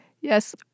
Yes